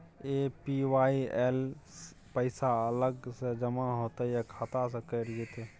APY ल पैसा अलग स जमा होतै या खाता स कैट जेतै?